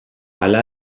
ala